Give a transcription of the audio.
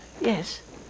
Yes